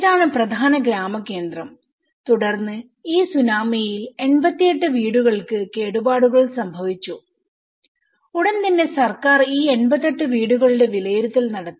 ഇതാണ് പ്രധാന ഗ്രാമകേന്ദ്രം തുടർന്ന് ഈ സുനാമിയിൽ 88 വീടുകൾക്ക് കേടുപാടുകൾ സംഭവിച്ചു ഉടൻ തന്നെ സർക്കാർ ഈ 88 വീടുകളുടെ വിലയിരുത്തൽ നടത്തി